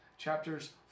Chapters